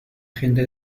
gente